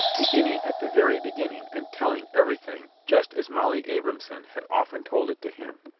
beginning at the very beginning and telling everything just as molly abrahamson had often told it to him.